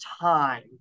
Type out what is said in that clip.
time